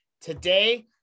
Today